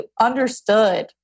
understood